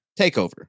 TakeOver